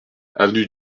avenue